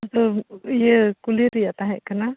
ᱤᱭᱟᱹ ᱠᱩᱞᱤ ᱨᱮᱭᱟᱜ ᱛᱟᱦᱮᱸ ᱠᱟᱱᱟ